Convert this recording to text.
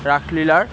ৰাসলীলাৰ